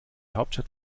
hauptstadt